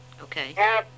Okay